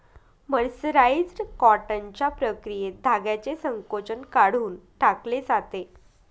mercerised कॉटनच्या प्रक्रियेत धाग्याचे संकोचन काढून टाकले जाते